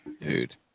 Dude